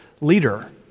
leader